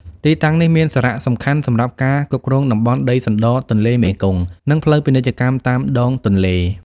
ទីតាំងនេះមានសារៈសំខាន់សម្រាប់ការគ្រប់គ្រងតំបន់ដីសណ្តទន្លេមេគង្គ និងផ្លូវពាណិជ្ជកម្មតាមដងទន្លេ។